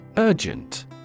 Urgent